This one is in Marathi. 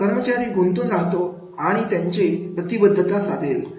तर कर्मचारी गुंतून राहतो आणि आणि कर्मचाऱ्यांची प्रतिबद्धता साधेल